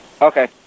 Okay